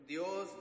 Dios